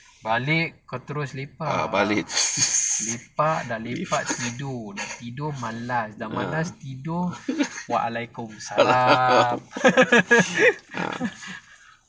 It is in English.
balik kau terus lepak dan lepak tidur tidur malas dah malas tidur waalaikumsalam